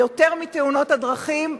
יותר מתאונות דרכים,